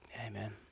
Amen